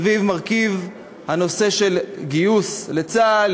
סביב הנושא של גיוס לצה"ל,